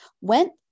went